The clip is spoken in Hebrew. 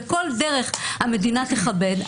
וכל דרך המדינה תכבד,